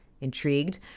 Intrigued